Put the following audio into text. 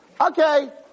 okay